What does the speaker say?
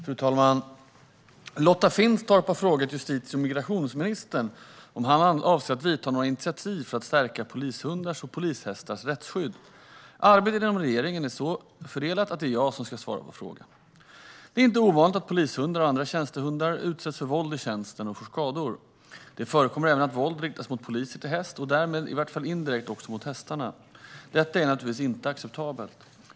Fru talman! Lotta Finstorp har frågat justitie och migrationsministern om han avser att ta några initiativ för att stärka polishundars och polishästars rättsskydd. Arbetet inom regeringen är så fördelat att det är jag som ska svara på frågan. Det är inte ovanligt att polishundar och andra tjänstehundar utsätts för våld i tjänsten och får skador. Det förekommer även att våld riktas mot poliser till häst och därmed, i vart fall indirekt, också mot hästarna. Detta är naturligtvis inte acceptabelt.